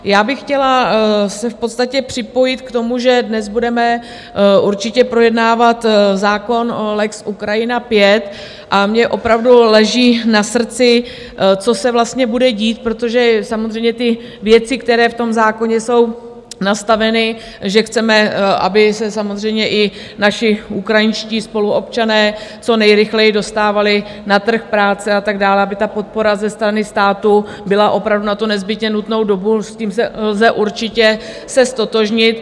Já bych chtěla se v podstatě připojit k tomu, že dnes budeme určitě projednávat zákon o lex Ukrajina V, a mně opravdu leží na srdci, co se vlastně bude dít, protože samozřejmě ty věci, které v tom zákoně jsou nastaveny, že chceme, aby se samozřejmě i naši ukrajinští spoluobčané co nejrychleji dostávali na trh práce a tak dále, aby podpora ze strany státu byla opravdu na nezbytně nutnou dobu, s tím se lze určitě ztotožnit.